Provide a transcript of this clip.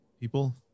people